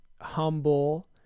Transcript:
humble